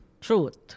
truth